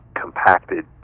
compacted